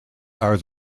are